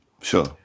sure